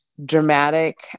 dramatic